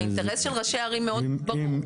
האינטרס של ראשי הערים הוא מאוד ברור.